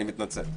אני מתנצל.